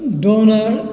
donner